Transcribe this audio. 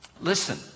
listen